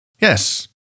Yes